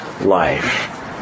life